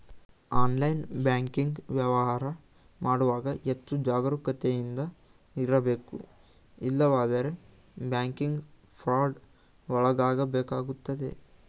online banking ವ್ಯವಹಾರ ಮಾಡುವಾಗ ಹೆಚ್ಚು ಜಾಗರೂಕತೆಯಿಂದ ಇರಬೇಕು ಇಲ್ಲವಾದರೆ ಬ್ಯಾಂಕಿಂಗ್ ಫ್ರಾಡ್ ಒಳಗಾಗಬೇಕಾಗುತ್ತದೆ